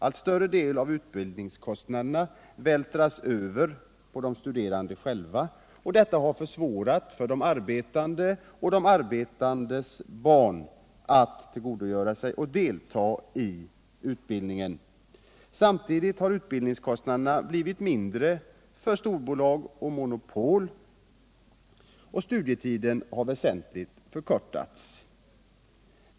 Allt större del av utbildningskostnaderna övervältras på de studerande själva. Det har försvårat för de arbetande och för de arbetandes barn att delta i utbildningen. Samtidigt har utbildningskostnaderna blivit mindre för storbolag och monopolbildningar och studietiden förkortats.